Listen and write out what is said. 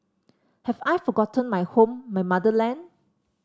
have I forgotten my home my motherland